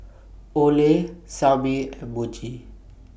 Olay Xiaomi and Muji